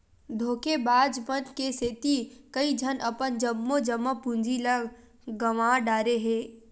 धोखेबाज मन के सेती कइझन अपन जम्मो जमा पूंजी ल गंवा डारे हे